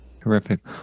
Terrific